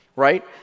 Right